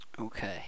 Okay